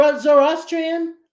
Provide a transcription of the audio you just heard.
Zoroastrian